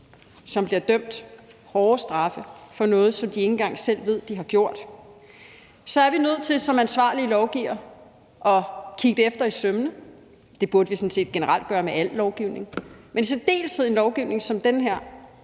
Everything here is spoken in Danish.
som bliver idømt hårde straffe for noget, som de ikke engang selv ved de har gjort, så er vi nødt til som ansvarlige lovgivere at kigge det efter i sømmene. Det burde vi sådan set generelt gøre med al lovgivning, men i særdeleshed ved en lovgivning som den her